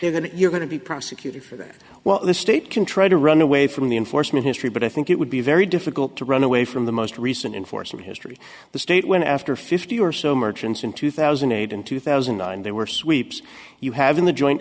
since then you're going to be prosecuted for that well the state can try to run away from the enforcement history but i think it would be very difficult to run away from the most recent in for some history the state went after fifty or so merchants in two thousand and eight and two thousand and nine there were sweeps you have in the join